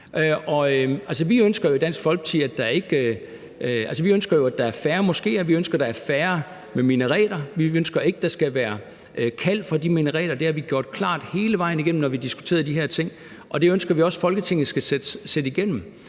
Folkeparti, at der er færre moskeer; vi ønsker, at der er færre minareter; vi ønsker ikke, at der skal være kald fra de minareter. Det har vi gjort klart hele vejen igennem, når vi har diskuteret de her ting. Og det ønsker vi også at Folketinget skal sætte igennem.